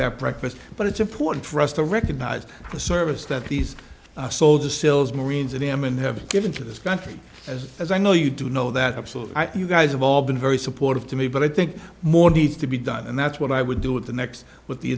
that breakfast but it's important for us to recognize the service that these soldiers sil's marines in amman have given to this country as as i know you do know that absolutely you guys have all been very supportive to me but i think more needs to be done and that's what i would do at the next with the